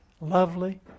lovely